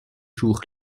jours